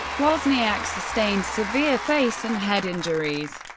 wozniak sustained severe face and head injuries,